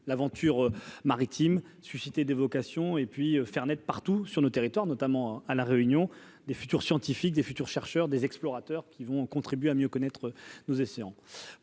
l'aventure maritime susciter des vocations et puis faire naître partout sur nos territoires, notamment à la réunion des futurs scientifiques des futurs chercheurs des explorateurs qui vont contribuer à mieux connaître nous essayons